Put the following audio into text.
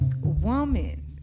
woman